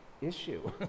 issue